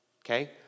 okay